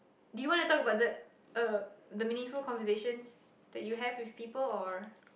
do you want to talk about the uh the meaningful conversations that you have with people or